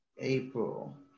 April